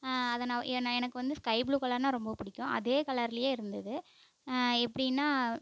அதை நான் எனக்கு வந்து ஸ்கை ப்ளூ கலர்னால் ரொம்பவும் பிடிக்கும் அதே கலர்லேயே இருந்தது எப்படினா